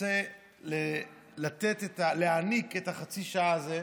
רוצה להעניק את חצי השעה הזאת